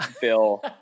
bill